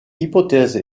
hypothèse